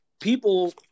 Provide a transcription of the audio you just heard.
People